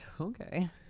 Okay